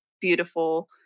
beautiful